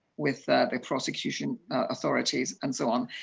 with the prosecution authorities, and so on.